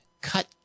cut